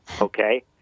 okay